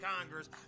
Congress